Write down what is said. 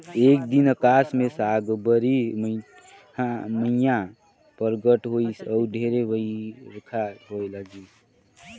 एक दिन अकास मे साकंबरी मईया परगट होईस अउ ढेरे बईरखा होए लगिस